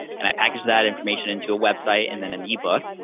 and i packaged that information into a website and then an e-book,